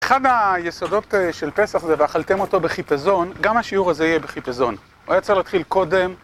אחד היסודות של פסח זה, ואכלתם אותו בחיפזון, גם השיעור הזה יהיה בחיפזון. הוא היה צריך להתחיל קודם.